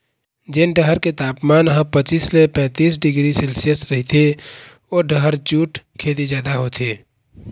जेन डहर के तापमान ह पचीस ले पैतीस डिग्री सेल्सियस रहिथे ओ डहर जूट खेती जादा होथे